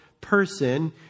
person